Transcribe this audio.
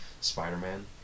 Spider-Man